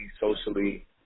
socially